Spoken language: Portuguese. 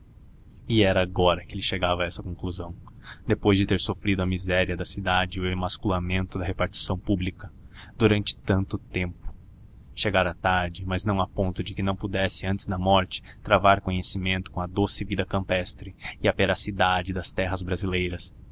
e era agora que ele chegava a essa conclusão depois de ter sofrido a miséria da cidade e o emasculamento da repartição pública durante tanto tempo chegara tarde mas não a ponto de que não pudesse antes da morte travar conhecimento com a doce vida campestre e a feracidade das terras brasileiras